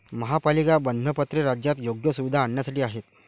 महापालिका बंधपत्रे राज्यात योग्य सुविधा आणण्यासाठी आहेत